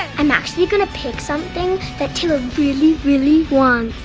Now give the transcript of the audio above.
i'm actually gonna pick something that taylor really, really wants.